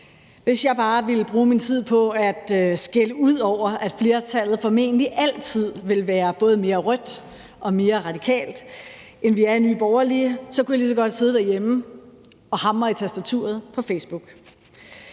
Hvis jeg bare ville bruge min tid på at skælde ud over, at flertallet formentlig altid vil være både mere rødt og mere radikalt, end vi er i Nye Borgerlige, kunne jeg lige så godt sidde derhjemme og hamre i tastaturet på Facebook.